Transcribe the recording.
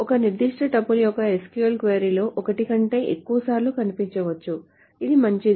ఒక నిర్దిష్ట టపుల్ ఒక SQL క్వరీలో ఒకటి కంటే ఎక్కువసార్లు కనిపించవచ్చు ఇది మంచిది